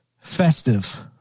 festive